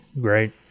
Great